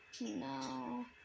No